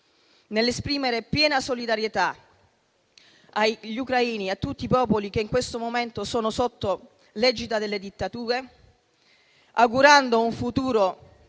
Nell'esprimere piena solidarietà agli ucraini e a tutti i popoli che in questo momento sono sotto l'egida delle dittature, augurando un futuro